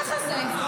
ככה זה.